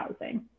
housing